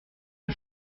les